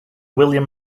william